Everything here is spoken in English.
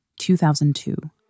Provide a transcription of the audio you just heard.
2002